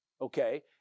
okay